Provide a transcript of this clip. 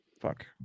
fuck